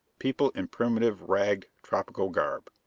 people in primitive, ragged, tropical garb.